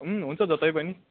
हुन्छ जतै पनि